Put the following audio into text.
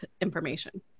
information